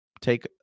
take